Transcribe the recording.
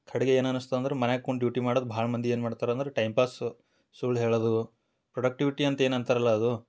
ಕಡೆಗೆ ಏನು ಅನಿಸ್ತು ಅಂದ್ರೆ ಮನೆಗ್ ಕುಂತ್ ಡ್ಯೂಟಿ ಮಾಡೋದ್ ಭಾಳ ಮಂದಿ ಏನು ಮಾಡ್ತಾರಂದ್ರೆ ಟೈಮ್ ಪಾಸು ಸುಳ್ಳು ಹೇಳೋದು ಪ್ರೊಡಕ್ಟಿವಿಟಿ ಅಂತ ಏನು ಅಂತಾರಲ್ವ ಅದು